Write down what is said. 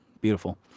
Beautiful